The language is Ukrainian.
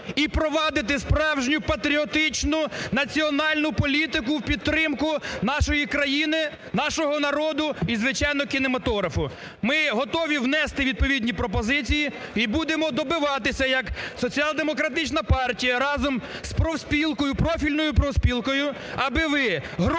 і проводити справжню патріотичну національну політику в підтримку нашої країни, нашого народу і, звичайно, кінематографу. Ми готові внести відповідні пропозиції і будемо добиватися як Соціал-демократична партія разом з профспілкою, профільною профспілкою, аби ви гроші, які